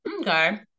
Okay